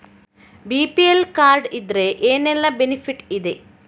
BPL card ಇದ್ರೆ ಏನೆಲ್ಲ benefit ಇದೆ?